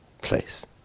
place